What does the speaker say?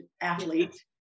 athlete